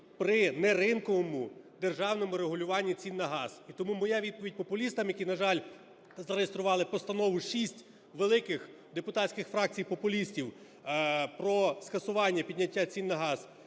при неринковому державному регулюванні цін на газ. І тому моя відповідь популістам, які, на жаль, зареєстрували постанову, шість великих депутатських фракцій популістів, про скасування підняття цін на газ.